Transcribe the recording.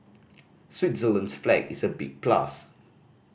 Switzerland's flag is a big plus